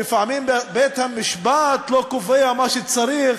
לפעמים בית-המשפט לא קובע מה שצריך.